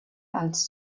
als